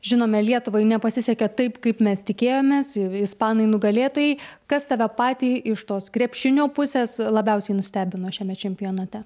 žinome lietuvai nepasisekė taip kaip mes tikėjomės ispanai nugalėtojai kas tave patį iš tos krepšinio pusės labiausiai nustebino šiame čempionate